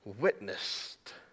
witnessed